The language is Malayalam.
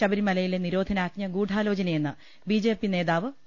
ശബരിമലയിലെ നിരോധനാജ്ഞ ഗൂഢാലോചനയെന്ന് ബിജെപ്പി നേതാവ് വി